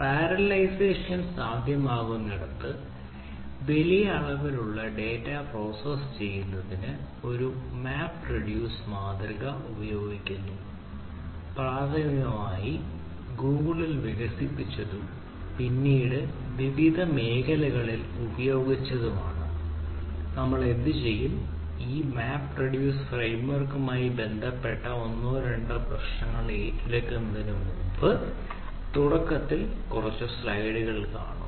parallelisation ബന്ധപ്പെട്ട ഒന്നോ രണ്ടോ പ്രശ്നങ്ങൾ ഏറ്റെടുക്കുന്നതിന് മുമ്പ് നമ്മൾ തുടക്കത്തിൽ കുറച്ച് സ്ലൈഡുകൾ കാണും